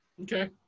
Okay